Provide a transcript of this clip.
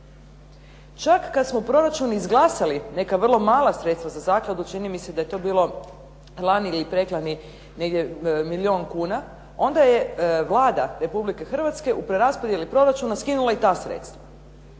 Čak kad smo proračun izglasali neka vrlo mala sredstva za zakladu, čini mi se da je to bilo lani ili preklani negdje milijun kuna onda je Vlada Republike Hrvatske u preraspodjeli proračuna skinula i ta sredstva.